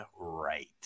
right